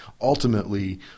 Ultimately